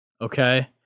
Okay